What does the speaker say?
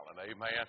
Amen